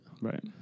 Right